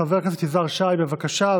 חבר הכנסת יזהר שי, בבקשה.